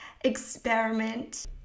experiment